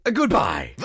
goodbye